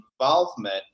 involvement